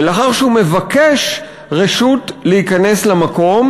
ולאחר שהוא מבקש רשות להיכנס למקום,